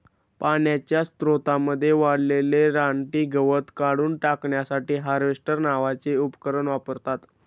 पाण्याच्या स्त्रोतांमध्ये वाढलेले रानटी गवत काढून टाकण्यासाठी हार्वेस्टर नावाचे उपकरण वापरतात